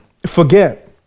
forget